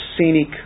scenic